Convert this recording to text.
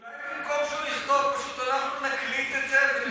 אולי במקום שהוא יכתוב פשוט אנחנו נקליט את זה?